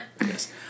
Yes